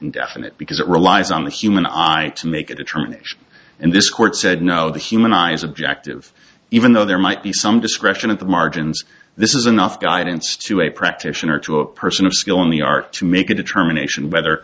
indefinite because it relies on the human eye to make a determination and this court said no the human eye is objective even though there might be some discretion at the margins this is enough guidance to a practitioner to a person of skill in the art to make a determination whether